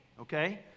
okay